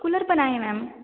cooler पण आहे ma'am